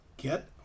get